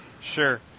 Sure